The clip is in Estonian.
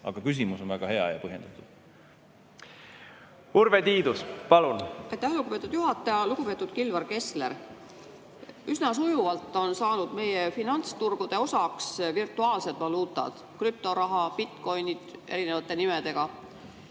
Aga küsimus on väga hea ja põhjendatud. Urve Tiidus, palun! Urve Tiidus, palun! Aitäh, lugupeetud juhataja! Lugupeetud Kilvar Kessler! Üsna sujuvalt on saanud meie finantsturgude osaks virtuaalsed valuutad, krüptoraha, bitcoin'id erinevate nimedega.